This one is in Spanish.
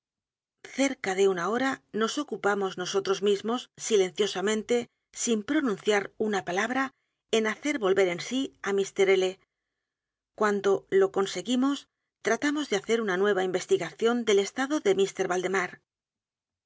cerca de una hora nos ocupamos nosotros mismos silenciosamente sin pronunciar una palabra en hacer volver en sí á mr l cuando lo conseguimos tratamos de hacer una nueva investigación del estado de